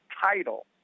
title